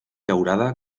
daurada